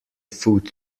food